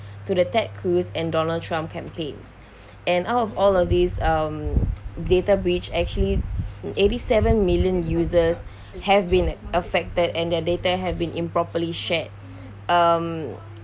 to the ted cruz and donald trump campaigns and out of all of these um data breach actually um eighty-seven million users have been affected and their data had been improperly shared um